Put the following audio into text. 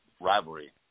rivalry